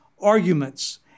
arguments